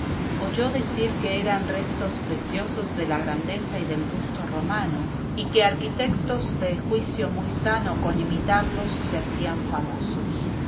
repisa oyó decir que eran restos preciosos de la grandeza y del gusto romano y que arquitectos de juicio muy sano con imitarlos se hacían famosos